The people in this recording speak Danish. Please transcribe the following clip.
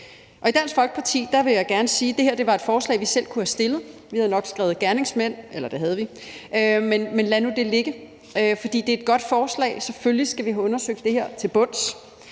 i dag. Jeg vil gerne sige, at det her var et forslag, vi i Dansk Folkeparti selv kunne have fremsat. Vi havde nok skrevet gerningsmænd, eller det havde vi, men lad nu det ligge, for det er et godt forslag. Selvfølgelig skal vi have undersøgt det her til bunds.